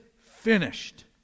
finished